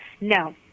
no